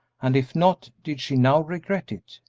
and if not, did she now regret it?